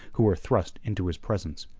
who were thrust into his presence.